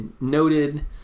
noted